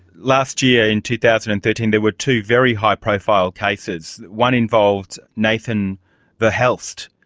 last year in two thousand and thirteen there were two very high profile cases, one involved nathan verhelst.